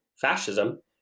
fascism